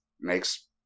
makes